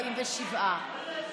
הצבעה.